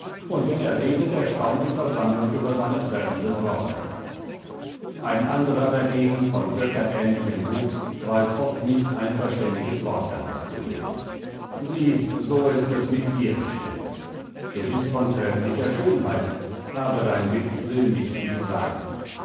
und wenn er redet erstaunt die versammlung über seine treffenden worte ein anderer dagegen von götterähnlichem wuchs weiß oft nicht ein verständiges wort herauszubringen sieh so ist es mit dir bestellt du bist von trefflicher schönheit aber dein witz will nicht viel sagen